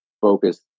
focus